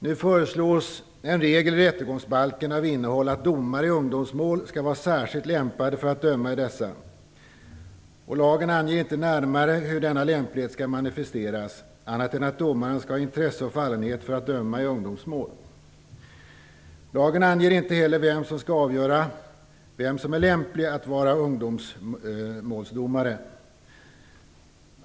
Nu föreslås en regel i rättegångsbalken av innehållet att domare i ungdomsmål skall vara särskilt lämpade för att döma i dessa mål. Lagen anger inte närmare hur denna lämplighet skall manifesteras, annat än att domaren skall ha intresse och fallenhet för att döma i ungdomsmål. Lagen anger inte heller vem som skall avgöra vem som är lämplig att vara ungdomsmålsdomare.